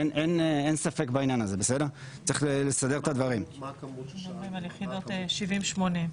אין ספק בעניין הזה אתה מדבר על יחידות 70, 80?